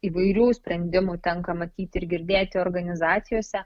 įvairių sprendimų tenka matyti ir girdėti organizacijose